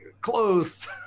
close